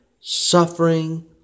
suffering